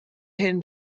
hyn